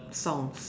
songs